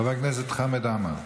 חבר הכנסת חמד עמאר.